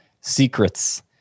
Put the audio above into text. secrets